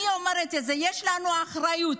אני אומרת: יש לנו אחריות,